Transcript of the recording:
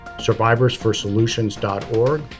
survivorsforsolutions.org